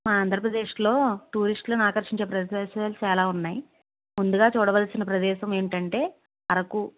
మా ఆంధ్రప్రదేశ్లో టూరిస్ట్లని ఆకర్షించే ప్రదేశాలు చాలా ఉన్నాయి ముందుగా చూడవలసిన ప్రదేశం ఏంటంటే అరకు